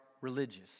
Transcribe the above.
religious